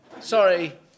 Sorry